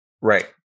Right